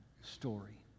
story